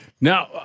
Now